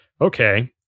Okay